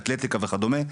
אתלטיקה וכדומה,